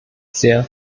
sehr